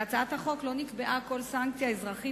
בהצעת החוק לא נקבעה כל סנקציה אזרחית